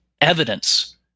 evidence